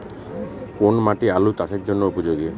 কোন মাটি আলু চাষের জন্যে উপযোগী?